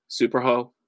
Superho